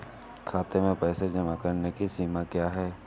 खाते में पैसे जमा करने की सीमा क्या है?